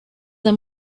them